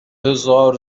هزار